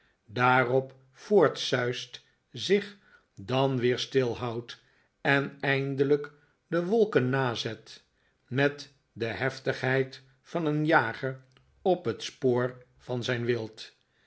daarop voortsuist zich dan weer stilhoudt en eindelijk de wolken nazet met de heftigheid van een jager op het spoor van zijn wild